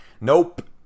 Nope